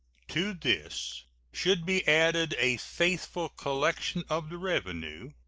to this should be added a faithful collection of the revenue,